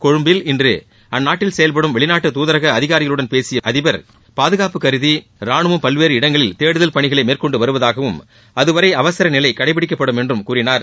கொழும்பில் இன்று அந்நாட்டில் செயல்படும் வெளிநாட்டு தூதரக அதிகாரிகளுடன் பேசிய அதிபர் பாதுகாப்பு கருதி ராணுவம் பல்வேறு இடங்களில் தேடுதல் பணிகளை மேற்கொண்டு வருவதாகவும் அதுவரை அவசரநிலை கடைபிடிக்கப்படும் என்றும் கூறினார்